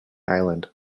island